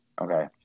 Okay